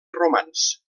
romans